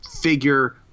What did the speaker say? figure